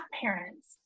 parents